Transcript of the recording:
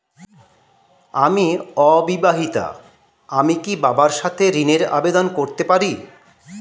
আমি অবিবাহিতা আমি কি বাবার সাথে ঋণের আবেদন করতে পারি?